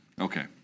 Okay